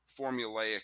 formulaic